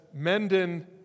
Menden